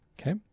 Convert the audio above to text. Okay